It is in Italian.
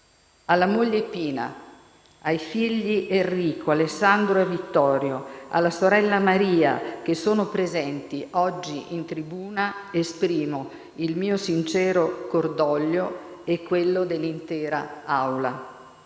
Alla moglie Pina, ai figli Enrico, Alessandro e Vittorio, alla sorella Maria, che sono presenti oggi in tribuna, esprimo il mio sincero cordoglio e quello dell'intera